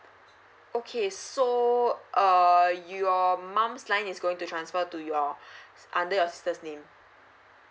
okay so uh your mum's line is going to transfer to your under your sister's name